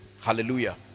hallelujah